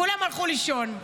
כולם הלכו לישון.